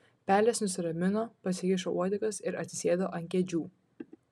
pelės nusiramino pasikišo uodegas ir atsisėdo ant kėdžių